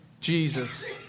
Jesus